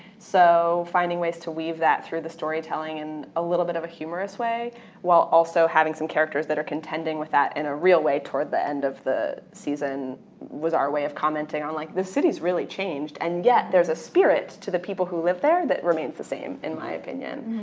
so finding ways to weave that through the story telling in a little bit of a humorous way while also having some characters that are contending with that in a real way toward the end of the season was our way of commenting on like this city's really changed and yet there's a spirit to the people who live there that remains the same, in my opinion.